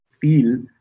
feel